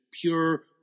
pure